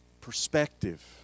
Perspective